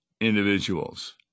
individuals